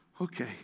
okay